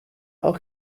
auch